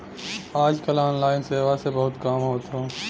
आज कल ऑनलाइन सेवा से बहुत काम होत हौ